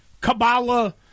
Kabbalah